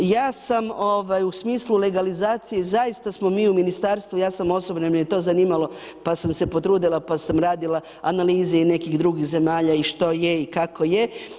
Ja sam u smislu legalizacije, zaista smo mi u Ministarstvu, ja sam osobno jer me je to zanimalo pa sam se potrudila pa sam radila analize i nekih drugih zemalja i što je i kako je.